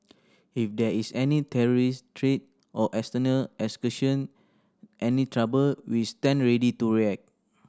if there is any terrorist threat or external any trouble we stand ready to react